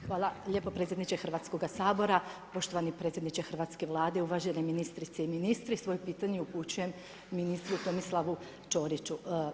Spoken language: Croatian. Hvala lijepo predsjedniče Hrvatskoga sabora, poštovani predsjedniče hrvatske Vlade, uvažene ministrice i ministri, svoje potanje upućujem ministru Tomislavu Čoriću.